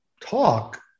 talk